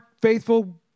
faithful